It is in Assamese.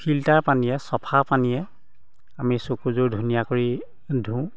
ফিল্টাৰ পানীৰে চফা পানীৰে আমি চকুযোৰ ধুনীয়া কৰি ধোওঁ